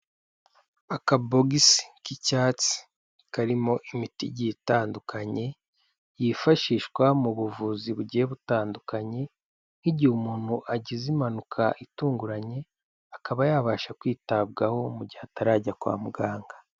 Akabogisi k'icyatsi karimo imiti igiye itandukanye yifashishwa mu buvuzi bugiye butandukanye, nk'igihe umuntu agize impanuka itunguranye akaba yabasha kwitabwaho mu gihe atarajya kwa muganga.